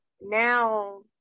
now